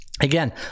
again